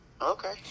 okay